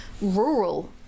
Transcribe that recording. rural